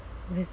with